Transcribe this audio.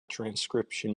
transcription